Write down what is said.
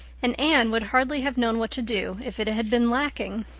and anne would hardly have known what to do if it had been lacking.